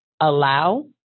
allow